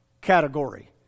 category